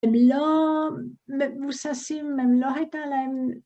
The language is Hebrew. הם לא... מבוססים, הם לא היתה להם